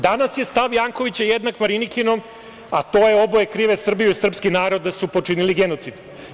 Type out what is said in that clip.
Danas je stav Jankovića jednak Marinikinom, a to je – oboje krive Srbiju i srpski narod da su počinili genocid.